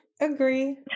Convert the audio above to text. agree